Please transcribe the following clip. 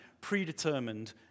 predetermined